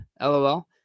LOL